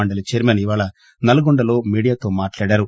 మండలీ chairman ఇవాళ నల్లగొండలో మీడియాతో మాట్లాడారు